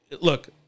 look